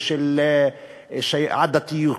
ושל עדתיות,